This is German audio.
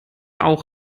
auch